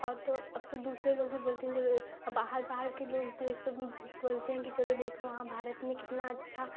और तो अब तो दूसरे लोग भी बोलते हैं जब बाहर बाहर के लोग तो ये सब बोलते हैं कि चलो देखो वहाँ भारत में कितना अच्छा